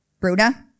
Bruna